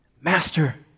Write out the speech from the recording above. Master